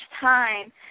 time